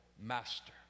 Master